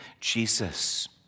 Jesus